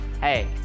Hey